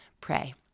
Pray